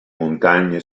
montagne